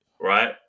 right